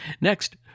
Next